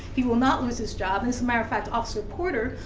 he will not lose his job and as a matter of fact, officer porter,